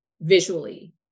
visually